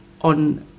on